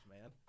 man